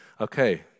Okay